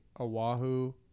Oahu